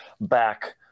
back